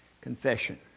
Confession